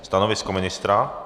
Stanovisko ministra.